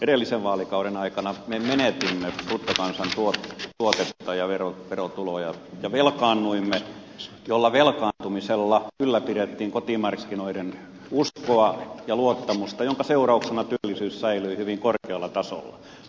edellisen vaalikauden aikana me menetimme bruttokansantuotetta ja verotuloja ja velkaannuimme jolla velkaantumisella ylläpidettiin kotimarkkinoiden uskoa ja luottamusta jonka seurauksena työllisyys säilyi hyvin korkealla tasolla